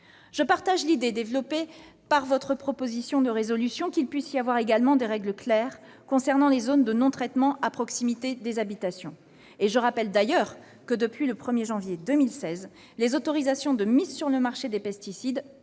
Je partage l'idée, développée dans votre proposition de résolution, qu'il puisse y avoir également des règles claires concernant les zones de non-traitement à proximité des habitations. Je rappelle d'ailleurs que, depuis 1 janvier 2016, les autorisations de mise sur le marché des pesticides